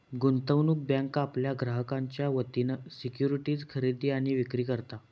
गुंतवणूक बँक आपल्या ग्राहकांच्या वतीन सिक्युरिटीज खरेदी आणि विक्री करता